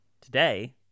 Today